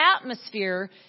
atmosphere